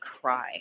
cry